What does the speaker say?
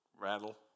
rattle